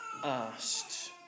asked